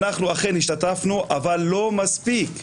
אנחנו אכן השתתפנו אבל לא מספיק.